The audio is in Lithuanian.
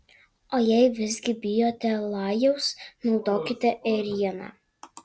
o jei visgi bijote lajaus naudokite ėrieną